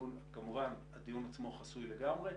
כמובן הדיון עצמו חסוי לגמרי,